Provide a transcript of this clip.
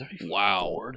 Wow